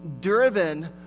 driven